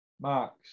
Max